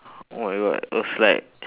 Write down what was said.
oh my god it was like